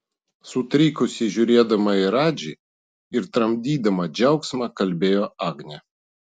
sutrikusi žiūrėdama į radži ir tramdydama džiaugsmą kalbėjo agnė